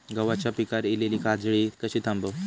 गव्हाच्या पिकार इलीली काजळी कशी थांबव?